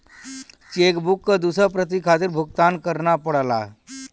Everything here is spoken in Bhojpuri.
चेक बुक क दूसर प्रति खातिर भुगतान करना पड़ला